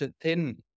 thin